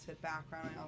background